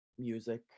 music